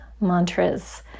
mantras